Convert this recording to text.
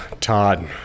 Todd